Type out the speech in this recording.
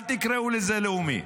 אל תקראו לזה לאומי.